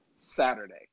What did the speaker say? Saturday